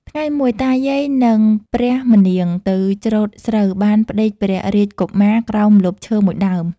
ថ្ងៃមួយ តាយាយ នឹងព្រះម្នាងទៅច្រូតស្រូវ បានផ្ដេកព្រះរាជកុមារក្រោមម្លប់ឈើ ១ដើម ។